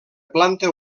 planta